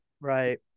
Right